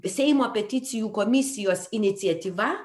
seimo peticijų komisijos iniciatyva